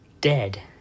dead